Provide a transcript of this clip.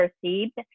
perceived